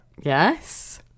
yes